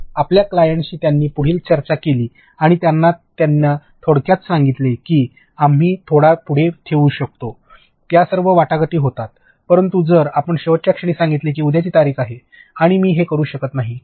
तर आपल्या क्लायंटशी त्यांनी पुढील चर्चा केली आणि त्यांनी त्यांना थोडक्यात सांगितले की आम्ही थोडा पुढे ठेवू शकतो या सर्व वाटाघाटी होतात परंतु जर आपण शेवटच्या क्षणी सांगितले की उद्याची तारीख आहे आणि मी हे करू शकत नाही